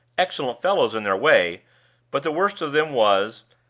excellent fellows in their way but the worst of them was,